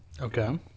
Okay